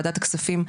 וועדת הכספים,